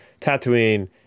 Tatooine